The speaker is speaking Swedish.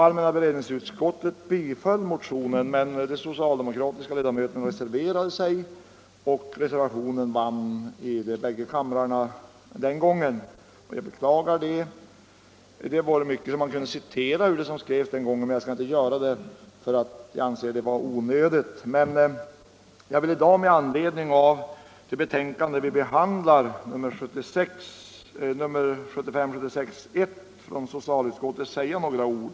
Allmänna beredningsutskottet tillstyrkte motionen, men de socialdemokratiska ledamöterna reserverade sig, och reservationen vann i båda kamrarna den gången, vilket jag beklagar. Det är rätt mycket som man kunde citera ur vad som skrevs den gången, men jag skall inte göra det, därför att jag anser det onödigt. Jag vill emellertid i dag med anledning av det betänkande vi nu behandlar, 1975/76:1, från socialutskottet anföra några ord.